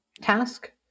task